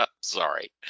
Sorry